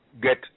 get